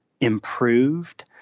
improved